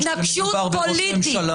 יש כנראה בלבול מצידך.